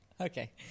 Okay